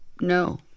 No